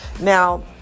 Now